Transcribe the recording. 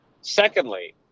Secondly